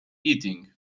eating